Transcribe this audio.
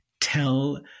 tell